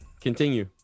continue